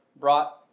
brought